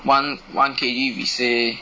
one one K_G we say